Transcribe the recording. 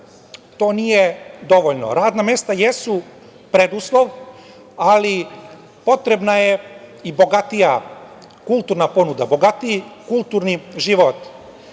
to nije dovoljno. Radna mesta jesu preduslov, ali potrebna je i bogatija kulturna ponuda, bogatiji kulturni